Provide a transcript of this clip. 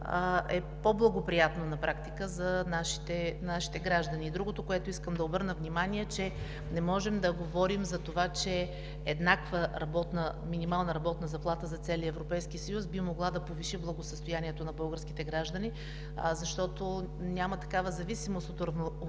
е по-благоприятно на практика за нашите граждани. И другото, на което искам да обърна внимание, е, че не можем да говорим за това, че еднаква минимална работна заплата за целия Европейски съюз би могла да повиши благосъстоянието на българските граждани, защото няма такава зависимост от уравниловката.